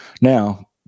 now